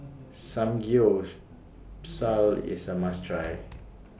Samgyeopsal IS A must Try